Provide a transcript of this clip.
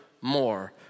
more